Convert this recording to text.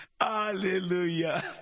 Hallelujah